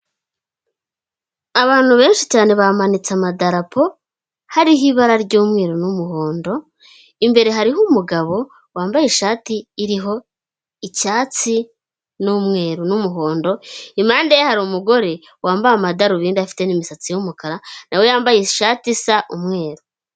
Abantu benshi cyane bamanitse amadarapo hariho ibara ry'umweru n'umuhondo, imbere hariho umugabo wambaye ishati iriho icyatsi n'umweru n'umuhondo. Impande ye hari umugore wambaye amadarubindi afite n'imisatsi y'umukara nawe yambaye ishati isa umweru.